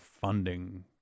funding